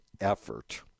effort